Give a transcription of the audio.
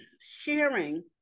sharing